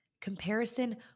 Comparison